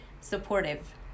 supportive